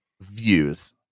views